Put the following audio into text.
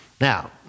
Now